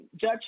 judge